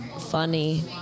funny